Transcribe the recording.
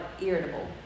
irritable